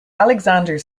alexander